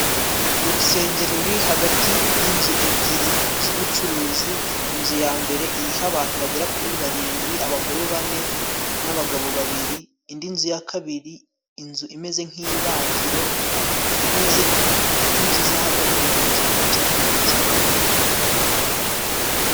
Urusengero ruri hagati y'inzu ebyiri z'ubucuruzi. Inzu ya mbere iriho abantu bagera kuri barindwi; abagore bane n' abagabo babiri. Indi nzu ya kabiri, inzu imeze nk' ibagiro imeze nk'inzu z'ahagana mu gihumbi kimwe mirongo icyenda na karindwi.